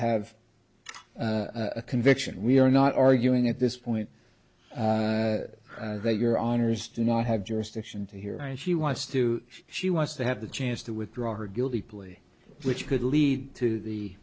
have a conviction we are not arguing at this point that your honour's do not have jurisdiction to hear and she wants to she wants to have the chance to withdraw her guilty plea which could lead to the